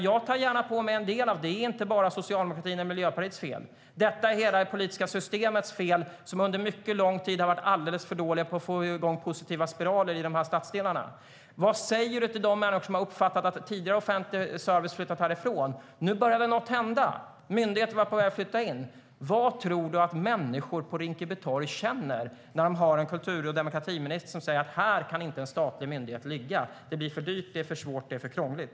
Jag tar gärna på mig en del av ansvaret. Det är inte bara Socialdemokraternas och Miljöpartiets fel. Det är hela det politiska systemets fel. Vi har under mycket lång tid varit alldeles för dåliga på att få igång positiva spiraler i de stadsdelarna. Vad säger du till de människor som har uppfattat att tidigare offentlig service har flyttat därifrån? Nu började något hända. Myndigheter var på väg att flytta in. Vad tror du att människor på Rinkeby torg känner för att kultur och demokratiministern säger att en statlig myndighet inte kan ligga där på grund av att det blir för dyrt, att det är för svårt och för krångligt?